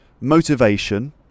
motivation